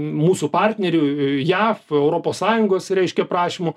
mūsų partnerių jav europos sąjungos reiškia prašymu